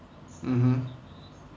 mmhmm